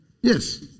Yes